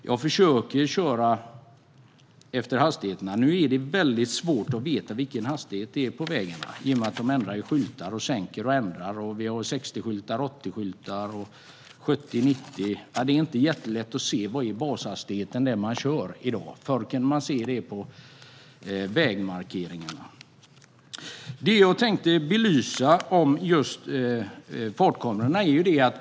Jag försöker köra efter hastighetsgränserna, men det är ibland svårt att veta vilken hastighet som gäller på vägarna. De ändrar ju skyltar och sänker hastighetsgränser. Det finns 60 och 80-skyltar och 70 och 90-skyltar. Det är inte jättelätt att se vad som är bashastigheten i dag. Förr kunde man se det på vägmarkeringarna.